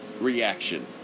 reaction